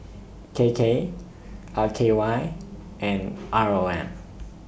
K K R K Y and R O M